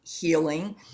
Healing